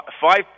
five